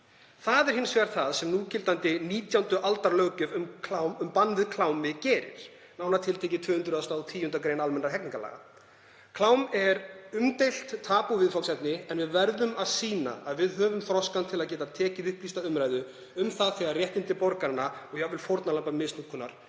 Það er hins vegar það sem núgildandi 19. aldar löggjöf um bann við klámi gerir, nánar tiltekið 210. gr. almennra hegningarlaga. Klám er umdeilt, forboðið viðfangsefni, en við verðum að sýna að við höfum þroska til að geta tekið upplýsta umræðu um það þegar réttindi borgaranna og jafnvel fórnarlamba misnotkunar